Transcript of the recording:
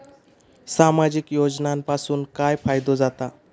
सामाजिक योजनांपासून काय फायदो जाता?